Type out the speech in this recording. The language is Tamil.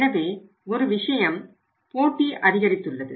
எனவே ஒரு விஷயம் போட்டி அதிகரித்துள்ளது